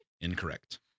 Incorrect